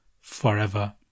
forever